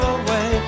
away